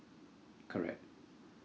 correct